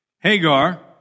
Hagar